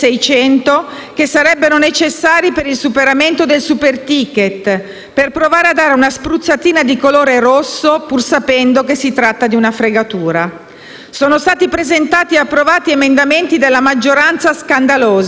Sono stati presentati e approvati emendamenti della maggioranza scandalosi come la modifica al codice antimafia, che esonera dal presentare la certificazione antimafia le società agricole che ricevono i finanziamenti europei fino a 25.000 euro,